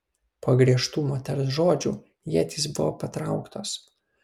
po griežtų moters žodžių ietys buvo patrauktos